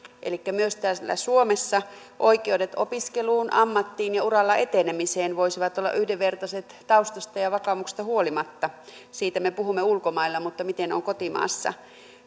myös täällä suomessa oikeudet opiskeluun ammattiin ja uralla etenemiseen voisivat olla yhdenvertaiset taustasta ja vakaumuksesta huolimatta siitä me puhumme ulkomailla mutta miten on kotimaassa